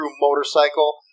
motorcycle